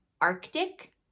Arctic